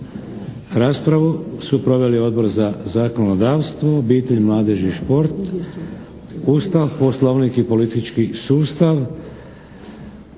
Raspravu su proveli: Odbor za zakonodavstvo, obitelj, mladež i šport, Ustav, Poslovnik i politički sustav.